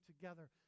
together